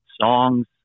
songs